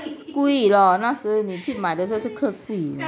贵咯那是你去买的时候是特的贵